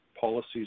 policies